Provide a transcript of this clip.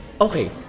Okay